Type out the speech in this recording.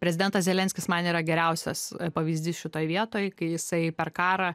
prezidentas zelenskis man yra geriausias pavyzdys šitoj vietoj kai jisai per karą